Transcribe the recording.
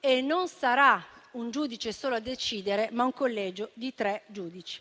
e non sarà un giudice solo a decidere, ma sarà un collegio di tre giudici.